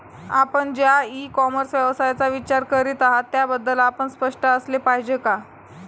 आपण ज्या e commerce व्यवसायाचा विचार करीत आहात त्याबद्दल आपण स्पष्ट असले पाहिजे का?